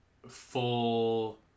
full